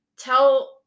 tell